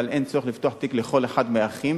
אבל אין צורך לפתוח תיק לכל אחד מהאחים.